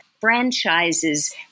franchises